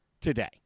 today